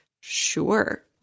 sure